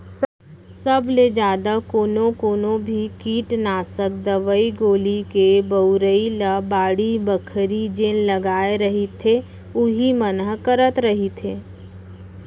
सब ले जादा कोनो कोनो भी कीटनासक दवई गोली के बउरई ल बाड़ी बखरी जेन लगाय रहिथे उही मन ह करत रहिथे